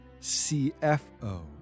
CFO